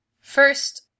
First